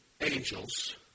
angels